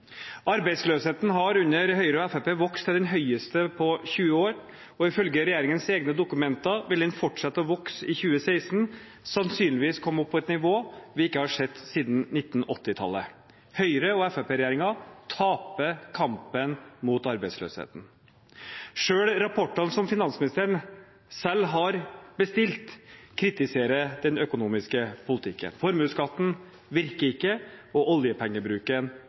Arbeidsløsheten har under Høyre og Fremskrittspartiet vokst til den høyeste på 20 år, og ifølge regjeringens egne dokumenter vil den fortsette å vokse i 2016 og sannsynligvis komme opp på et nivå vi ikke har sett siden 1980-tallet. Høyre–Fremskrittsparti-regjeringen taper kampen mot arbeidsløsheten. Selv rapportene finansministeren selv har bestilt, kritiserer den økonomiske politikken. Formuesskatten virker ikke, og oljepengebruken